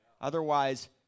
Otherwise